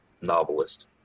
novelist